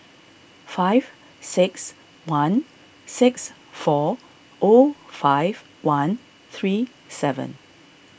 five six one six four zero five one three seven